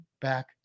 back